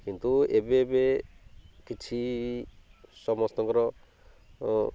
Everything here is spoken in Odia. କିନ୍ତୁ ଏବେ ଏବେ କିଛି ସମସ୍ତଙ୍କର